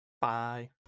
Bye